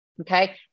Okay